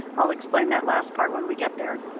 i'll explain that last part when we get there.